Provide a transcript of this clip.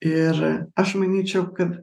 ir aš manyčiau kad